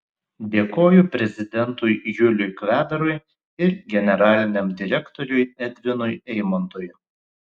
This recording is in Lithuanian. dėkoju prezidentui juliui kvedarui ir generaliniam direktoriui edvinui eimontui